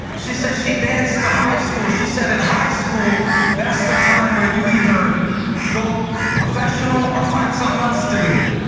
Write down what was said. she said she danced at high school. she said at high school that's the time where you either go professional or find something else to do.